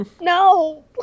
No